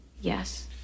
Yes